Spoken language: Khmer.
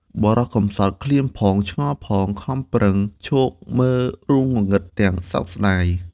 បុរសកំសត់ឃ្លានផង ឆ្ងល់ផង ខំប្រឹងឈ្ងោកមើលរូង ងងឹតទាំងសោកស្តាយ ។